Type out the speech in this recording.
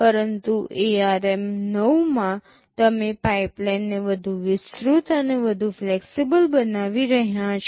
પરંતુ ARM9 માં તમે પાઇપલાઇનને વધુ વિસ્તૃત અને વધુ ફ્લેક્સિબલ બનાવી રહ્યા છો